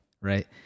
Right